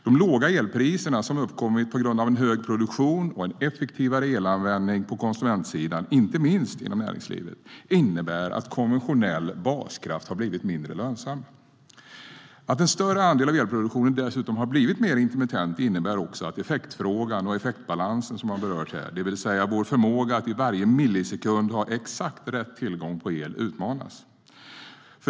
De låga elpriser som uppkommit på grund av hög produktion och en effektivare elanvändning på konsumentsidan, inte minst inom näringslivet, innebär att konventionell baskraft har blivit mindre lönsam. Att en större andel av elproduktionen dessutom har blivit mer intermittent innebär också att effektfrågan och effektbalansen, det vill säga vår förmåga att i varje millisekund ha exakt rätt tillgång på el, utmanas.